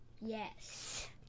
Yes